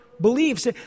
beliefs